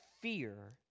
fear